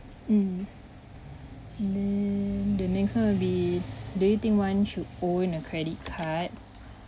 mm and then the next one will be do you think one should own a credit card